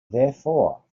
therefore